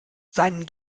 seinen